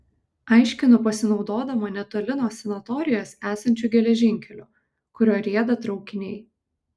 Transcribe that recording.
aiškinu pasinaudodama netoli nuo sanatorijos esančiu geležinkeliu kuriuo rieda traukiniai